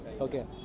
Okay